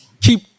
keep